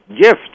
gift